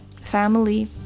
family